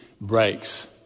breaks